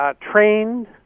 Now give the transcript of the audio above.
trained